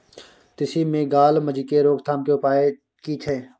तिसी मे gall midge के रोकथाम के उपाय की छै?